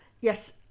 yes